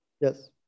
Yes